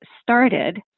started